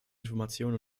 information